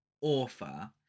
author